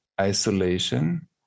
isolation